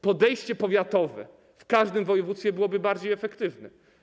Podejście powiatowe w każdym województwie byłoby bardziej efektywne.